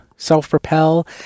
self-propel